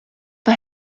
but